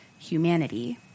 humanity